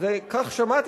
כך שמעתי,